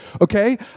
Okay